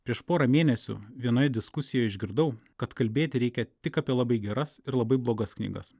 prieš porą mėnesių vienoje diskusijoje išgirdau kad kalbėti reikia tik apie labai geras ir labai blogas knygas